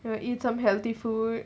you will eat some healthy food